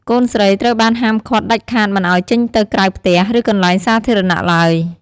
កូនស្រីត្រូវបានហាមឃាត់ដាច់ខាតមិនឱ្យចេញទៅក្រៅផ្ទះ ឬកន្លែងសាធារណៈឡើយ។